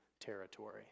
territory